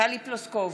טלי פלוסקוב,